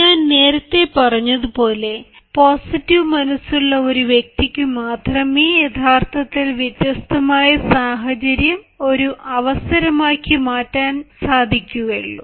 ഞാൻ നേരത്തെ പറഞ്ഞതുപോലെ പോസിറ്റീവ് മനസുള്ള ഒരു വ്യക്തിക്ക് മാത്രമേ യഥാർത്ഥത്തിൽ വ്യത്യസ്തമായ സാഹചര്യം ഒരു അവസരമാക്കി മാറ്റങ്ങൾ കൊണ്ടുവരാൻ വരാൻ സാധിക്കുകയുള്ളൂ